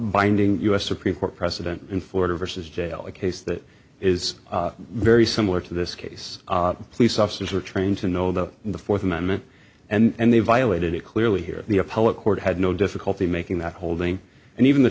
binding us supreme court precedent in florida versus jail a case that is very similar to this case police officers are trained to know that in the fourth amendment and they violated it clearly here the appellate court had no difficulty making that holding and even the